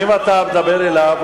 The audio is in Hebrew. אם אתה מדבר אליו,